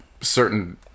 certain